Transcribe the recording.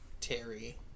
Terry